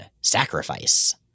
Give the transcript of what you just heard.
sacrifice